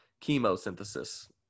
chemosynthesis